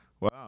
Wow